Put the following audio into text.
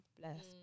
Bless